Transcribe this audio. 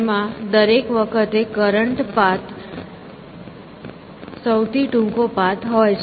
તેમાં દરેક વખતે કરંટ પાથ જ સૌથી ટૂંકો પાથ હોય છે